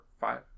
five